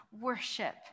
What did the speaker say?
worship